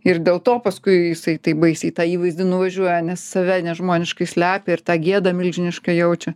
ir dėl to paskui jisai taip baisiai į tą įvaizdį nuvažiuoja nes save nežmoniškai slepia ir tą gėdą milžinišką jaučia